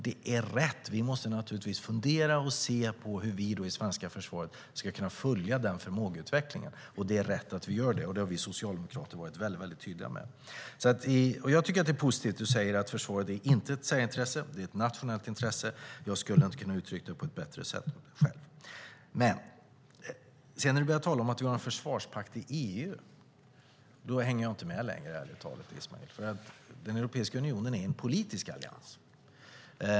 Det är rätt att vi måste fundera och se på hur vi i svenska försvaret ska kunna följa den förmågeutvecklingen. Det är rätt att vi gör det, och det har vi socialdemokrater varit väldigt tydliga med. Det är positivt att du säger att försvaret inte är ett särintresse utan ett nationellt intresse. Jag skulle inte ha kunnat uttrycka det på ett bättre sätt själv. Men när du sedan börjar tala om att vi har en försvarspakt i EU hänger jag ärligt talat inte med längre, Ismail. Europeiska unionen är en politisk allians.